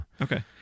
okay